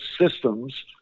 systems